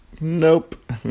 nope